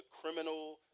criminal